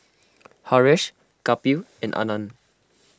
Haresh Kapil and Anand